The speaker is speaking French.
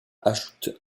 ajoute